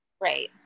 Right